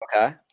Okay